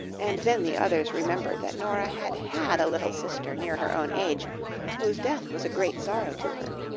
and then the others remembered that nora had had a little sister near her own age whose death was a great sorrow to her.